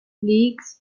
leagues